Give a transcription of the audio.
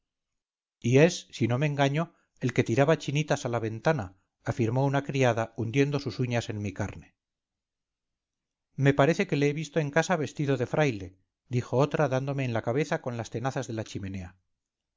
si no me engaño el que tiraba chinitas a la ventana afirmó una criada hundiendo sus uñas en mi carne me parece que le he visto en casa vestido de fraile dijo otra dándome en la cabeza con las tenazas de la chimenea